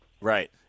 Right